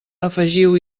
afegiu